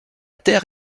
terre